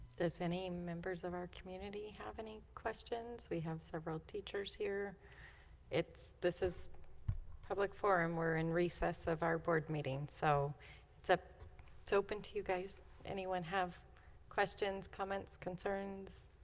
does any members of our community have any questions we have several teachers here this is public forum we're in recess of our board meeting, so it's up it's open to you guys anyone have questions comments concerns